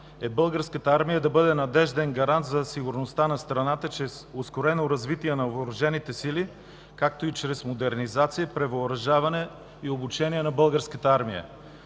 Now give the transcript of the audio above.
е Българската армия да бъде надежден гарант за сигурността на страната с ускореното развитие на въоръжените сили, както и чрез модернизация, превъоръжаване и обучение на Българската армия.